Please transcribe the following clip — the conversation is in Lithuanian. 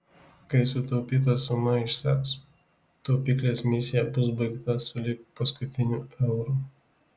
kai sutaupyta suma išseks taupyklės misija bus baigta sulig paskutiniu euru